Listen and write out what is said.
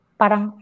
parang